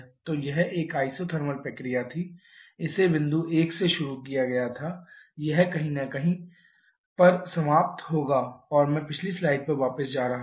तो यह एक इज़ोटेर्माल प्रक्रिया थी इसे बिंदु 1 से शुरू किया गया था यह कहीं न कहीं पर समाप्त होगा और मैं पिछली स्लाइड पर वापस जा रहा हूं